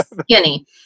skinny